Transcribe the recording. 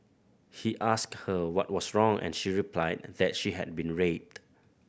he asked her what was wrong and she replied that she had been raped